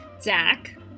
Zach